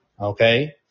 Okay